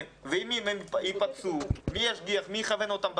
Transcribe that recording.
ואם הם יפגשו, מי ישגיח, מי יכוון אותם בתנועות?